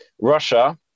Russia